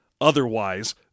otherwise